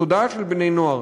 בתודעה של בני-נוער,